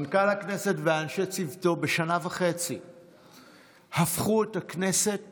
מנכ"ל הכנסת ואנשי צוותו הפכו את הכנסת